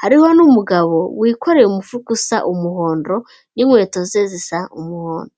Hariho n'umugabo wikoreye umufuka usa umuhondo n'inkweto ze zisa umuhondo.